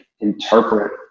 interpret